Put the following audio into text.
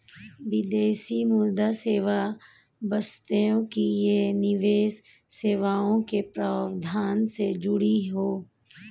विदेशी मुद्रा सेवा बशर्ते कि ये निवेश सेवाओं के प्रावधान से जुड़ी हों